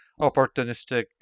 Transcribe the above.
opportunistic